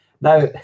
Now